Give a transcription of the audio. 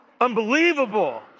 unbelievable